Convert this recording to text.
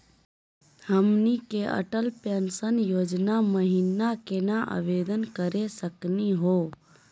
हमनी के अटल पेंसन योजना महिना केना आवेदन करे सकनी हो?